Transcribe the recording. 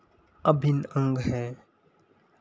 अभिन्न अंग है